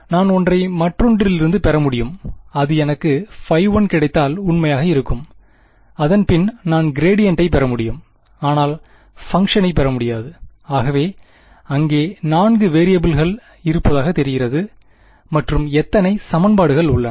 நான் ஒன்றை மற்றொன்றிலிருந்து பெற முடியும் அது எனக்கு 1 கிடைத்தால் உண்மையாக இருக்கும் அதன் பின் நான் கிரெடியண்டை ஐ பெறமுடியும் ஆனால் பங்ஷனை ஐ பெறமுடியாது ஆகவே அங்கே நான்கு வேரியபிள்கள் இருப்பதாக தெரிகிறது மற்றும் எத்தனை சமன்பாடுகள் உள்ளன